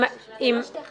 אלה לא שתי חברות.